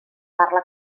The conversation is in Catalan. parla